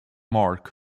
mark